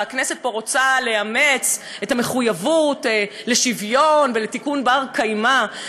והכנסת פה רוצה לאמץ את המחויבות לשוויון ולתיקון בר-קיימא.